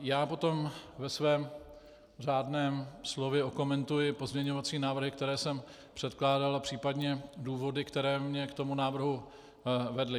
Já potom ve svém řádném slově okomentuji pozměňovacím návrhy, které jsem předkládal, a případně důvody, které mě k tomu návrhu vedly.